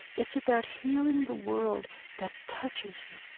it's about healing the world that touches you,